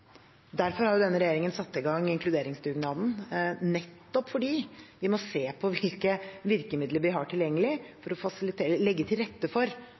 Derfor har denne regjeringen satt i gang inkluderingsdugnaden, nettopp fordi vi må se på hvilke virkemidler vi har tilgjengelig for å legge til rette for